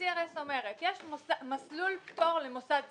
ה-CRS אומרות: יש מסלול פטור למוסד ציבורי.